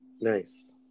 Nice